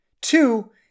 Two